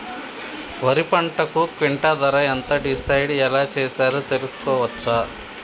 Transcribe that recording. వరి పంటకు క్వింటా ధర ఎంత డిసైడ్ ఎలా చేశారు తెలుసుకోవచ్చా?